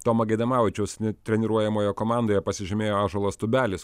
tomo gaidamavičiaus treniruojamoje komandoje pasižymėjo ąžuolas tubelis